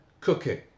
cooking